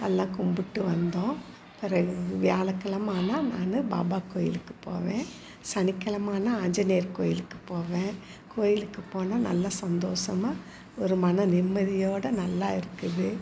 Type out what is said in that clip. எல்லாம் கும்பிட்டு வந்தோம் இப்போ வியாழக்கிலம ஆனால் நான் பாபா கோயிலுக்கு போவேன் சனிக்கிலம ஆனால் ஆஞ்சநேயர் கோயிலுக்கு போவேன் கோயிலுக்கு போனால் நல்லா சந்தோசமாக ஒரு மன நிம்மதியோட நல்லா இருக்குது